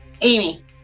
Amy